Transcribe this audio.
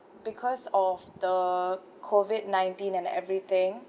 because of the COVID nineteen and everything